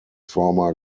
former